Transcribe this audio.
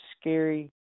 scary